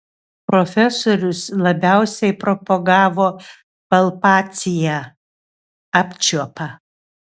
profesorius labiausiai propagavo palpaciją apčiuopą